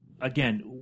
again